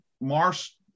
Mars